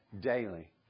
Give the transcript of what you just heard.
daily